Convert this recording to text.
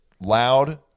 loud